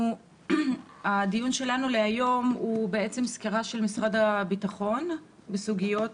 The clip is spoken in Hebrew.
הדיון שלנו היום הוא סקירה של משרד הביטחון בסוגיות